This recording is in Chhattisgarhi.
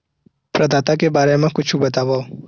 प्रदाता के बारे मा कुछु बतावव?